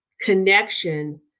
connection